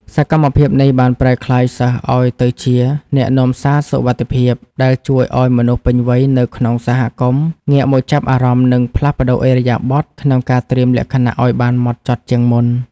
សកម្មភាពនេះបានប្រែក្លាយសិស្សឱ្យទៅជា អ្នកនាំសារសុវត្ថិភាព ដែលជួយឱ្យមនុស្សពេញវ័យនៅក្នុងសហគមន៍ ងាកមកចាប់អារម្មណ៍ និងផ្លាស់ប្តូរឥរិយាបថក្នុងការត្រៀមលក្ខណៈឱ្យបានហ្មត់ចត់ជាងមុន។